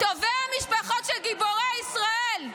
תובע משפחות של גיבורי ישראל,